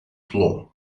floor